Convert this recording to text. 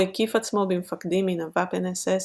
הוא הקיף עצמו במפקדים מן הוואפן אס־אס,